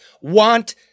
want